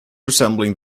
resembling